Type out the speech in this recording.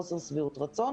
זה נולד מחוסר שביעות רצון.